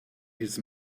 his